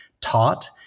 taught